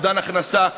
אובדן הכנסה,